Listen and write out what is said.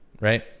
right